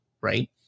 right